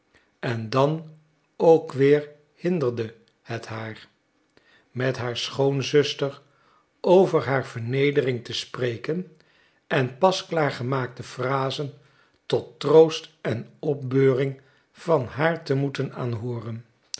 en dan ook weer hinderde het haar met haar schoonzuster over haar vernedering te spreken en pasklaar gemaakte phrasen tot troost en opbeuring van haar te moeten aanhooren